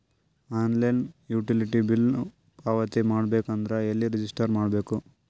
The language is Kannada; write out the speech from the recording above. ಆನ್ಲೈನ್ ಯುಟಿಲಿಟಿ ಬಿಲ್ ಪಾವತಿ ಮಾಡಬೇಕು ಅಂದ್ರ ಎಲ್ಲ ರಜಿಸ್ಟರ್ ಮಾಡ್ಬೇಕು?